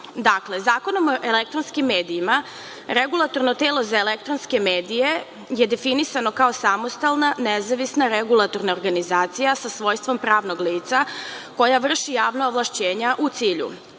tela. Dakle, Zakonom o elektronskim medijima Regulatorno telo za elektronske medije je definisano kao samostalna, nezavisna regulatorna organizacija sa svojstvom pravnog lica koja vrši javna ovlašćenja u cilju